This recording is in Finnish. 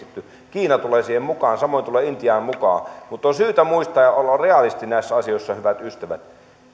kiina tulee siihen mukaan samoin tulee intia mukaan mutta on syytä muistaa ja olla realisti näissä asioissa hyvät ystävät